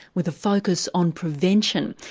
with a focus on prevention.